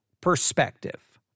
perspective